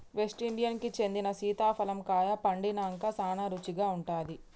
West Indies కి చెందిన సీతాఫలం కాయ పండినంక సానా రుచిగా ఉంటాది